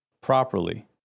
properly